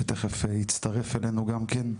שתיכף יצטרף אלינו גם כן,